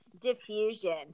Diffusion